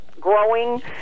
growing